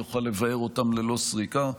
הוא יוכל לבער אותם ללא סריקה.